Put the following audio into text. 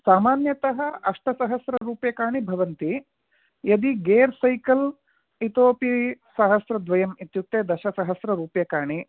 सामान्यतः अष्टसहस्ररूप्यकाणि भवन्ति यदि गेर् सैकल् इतोपि सहस्रद्वयम् इत्युक्ते दशसहस्ररूप्यकाणि